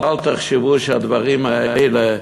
אל תחשבו שהדברים האלה,